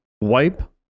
wipe